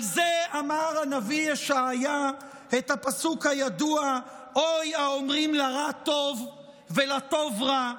על זה אמר הנביא ישעיה את הפסוק הידוע: "הוי האֹמרים לרע טוב ולטוב רע,